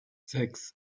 sechs